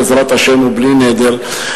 בעזרת השם ובלי נדר,